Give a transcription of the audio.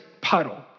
puddle